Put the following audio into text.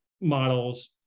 models